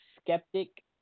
skeptic